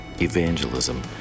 evangelism